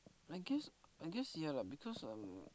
I guess I guess ya lah because on